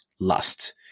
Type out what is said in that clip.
lust